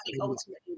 ultimately